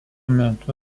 metu